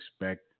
expect